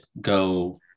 go